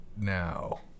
now